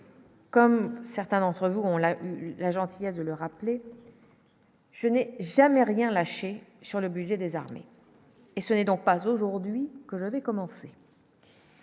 Comme certains d'entre vous ont la la gentillesse de le rappeler, je n'ai jamais rien lâcher sur le budget des armées et ce n'est donc pas aujourd'hui que je vais commencer.